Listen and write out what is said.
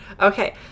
Okay